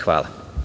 Hvala.